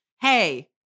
hey